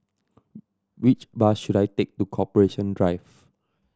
which bus should I take to Corporation Drive